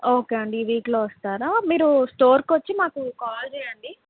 okay అండి ఈ వీక్లో వస్తారా మీరు స్టోర్కి వచ్చి మాకు కాల్ చేయండి